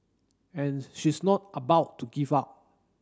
and she's not about to give up